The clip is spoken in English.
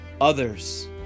others